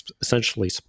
essentially